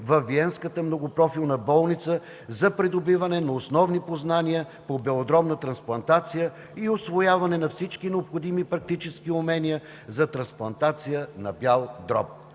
във Виенската многопрофилна болница за придобиване на основни познания по белодробна трансплантация и усвояване на всички необходими практически умения за трансплантация на бял дроб.